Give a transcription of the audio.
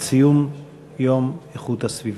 לציון יום איכות הסביבה.